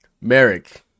merrick